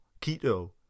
keto